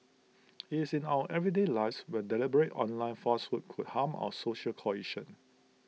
IT is in our everyday lives where deliberate online falsehoods could harm our social cohesion